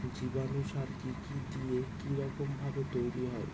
জীবাণু সার কি কি দিয়ে কি রকম ভাবে তৈরি হয়?